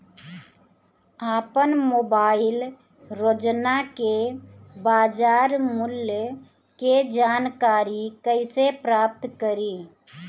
आपन मोबाइल रोजना के बाजार मुल्य के जानकारी कइसे प्राप्त करी?